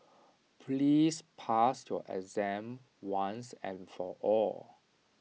please pass your exam once and for all